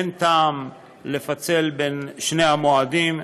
אין טעם לפצל בין שני המועדים,